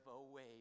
away